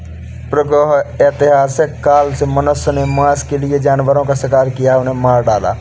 प्रागैतिहासिक काल से मनुष्य ने मांस के लिए जानवरों का शिकार किया, उन्हें मार डाला